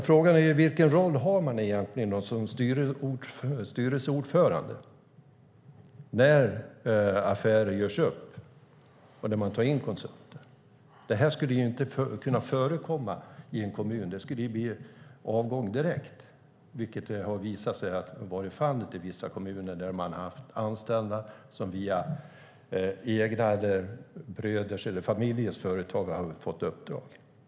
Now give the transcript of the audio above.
Frågan är: Vilken roll har man egentligen som styrelseordförande när affärer görs upp och när man tar in konsulter? Detta skulle inte kunna förekomma i en kommun; det skulle bli avgång direkt. Det har visat sig bli fallet i vissa kommuner där man har haft anställda som via egna, bröders eller familjers företag har fått uppdrag.